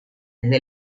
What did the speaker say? desde